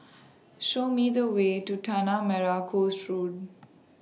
Show Me The Way to Tanah Merah Coast Road